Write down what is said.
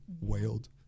wailed